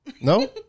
No